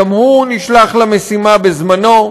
גם הוא נשלח למשימה בזמנו,